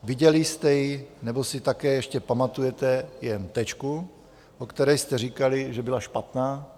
Viděli jste ji, nebo si také ještě pamatujete jen Tečku, o které jste říkali, že byla špatná?